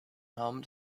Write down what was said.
home